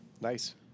Nice